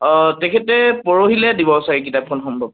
অ তেখেতে পৰহিলৈ দিব চাগৈ কিতাপখন সম্ভৱ